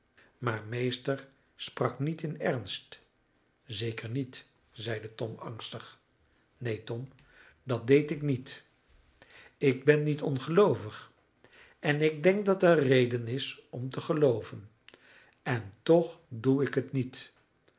maar meester sprak niet in ernst zeker niet zeide tom angstig neen tom dat deed ik niet ik ben niet ongeloovig en ik denk dat er reden is om te gelooven en toch doe ik het niet